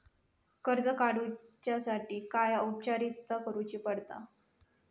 कर्ज काडुच्यासाठी काय औपचारिकता करुचा पडता?